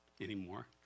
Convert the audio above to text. anymore